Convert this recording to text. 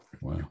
wow